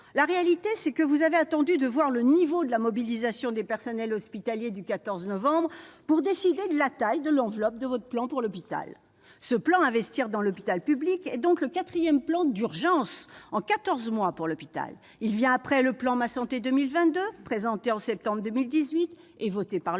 La réalité, c'est que vous avez attendu de voir le niveau de la mobilisation des personnels hospitaliers du 14 novembre pour décider de la taille de l'enveloppe de votre plan pour l'hôpital. Ce plan Investir dans l'hôpital public est donc le quatrième plan d'urgence en quatorze mois pour l'hôpital. Il vient après le plan Ma santé 2022, présenté en septembre 2018, et voté par le